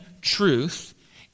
truth